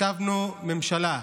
הרכבנו ממשלה,